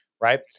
right